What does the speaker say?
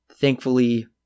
thankfully